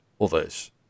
others